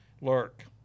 Lurk